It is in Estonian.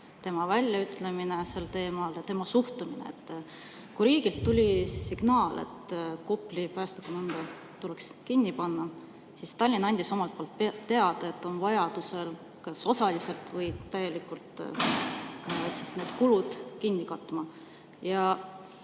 tema väljaütlemine sel teemal ja tema suhtumine. Kui riigilt tuli signaal, et Kopli päästekomando tuleks kinni panna, siis Tallinn andis teada, et on valmis vajadusel kas osaliselt või täielikult need kulud katma.